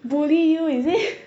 bully you is it